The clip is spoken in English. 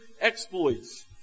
exploits